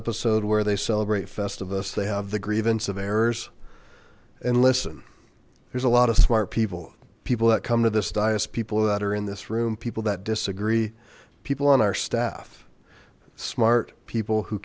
episode where they celebrate festivus they have the grievance of errors and listen there's a lot of smart people people that come to this dyess people that are in this room people that disagree people on our staff smart people who